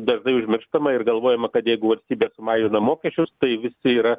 dažnai užmirštama ir galvojama kad jeigu valstybė sumažina mokesčius tai visi yra